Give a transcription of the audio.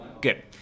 Good